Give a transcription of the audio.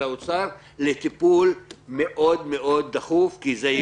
האוצר לטיפול מאוד מאוד דחוף כי זה יקרה,